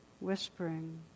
whispering